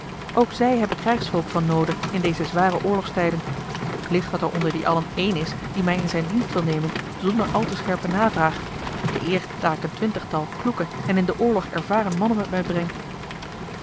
ook zij hebben krijgsvolk van noode in deze zware oorlogstijden licht dat er onder die allen één is die mij in zijn dienst wil nemen zonder al te scherpe navraag te eer daar ik een twintigtal kloeke en in den oorlog ervaren mannen met mij breng